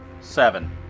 Seven